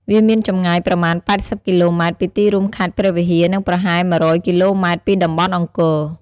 វាមានចម្ងាយប្រមាណ ៨០ គីឡូម៉ែត្រពីទីរួមខេត្តព្រះវិហារ និងប្រហែល ១០០ គីឡូម៉ែត្រពីតំបន់អង្គរ។